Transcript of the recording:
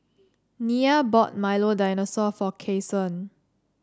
Nia bought Milo Dinosaur for Cason